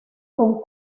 con